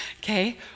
Okay